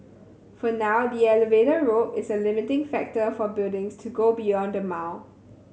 for now the elevator rope is a limiting factor for buildings to go beyond a mile